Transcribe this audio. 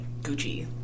Gucci